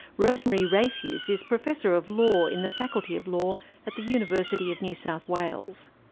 rosemary rayfuse is professor of law in the faculty of law at the university of new south wales.